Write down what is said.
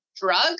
drug